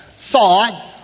thought